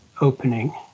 opening